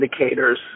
indicators